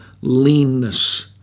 leanness